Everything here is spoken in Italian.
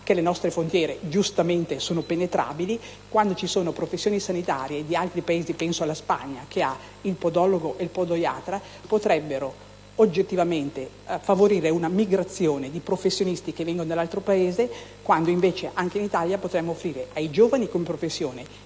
che le nostre frontiere, giustamente, sono penetrabili quando ci sono professioni sanitarie di altri Paesi - penso alla Spagna che ha il podologo e il podoiatra - che potrebbero oggettivamente favorire una migrazione di professionisti che vengono da un altro Paese quando, invece, anche in Italia potremmo offrire ai giovani, come professione,